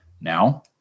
Now